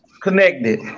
connected